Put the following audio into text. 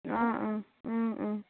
অঁ অঁ